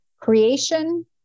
Creation